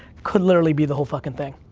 could literally be the whole fuckin' thing.